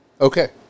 Okay